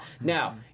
Now